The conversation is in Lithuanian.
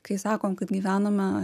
kai sakom kad gyvename